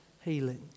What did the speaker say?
healing